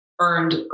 earned